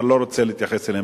ואני לא רוצה להתייחס אליהן.